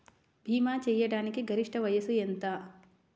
భీమా చేయాటానికి గరిష్ట వయస్సు ఎంత?